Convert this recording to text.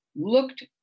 looked